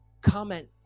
comment